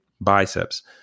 biceps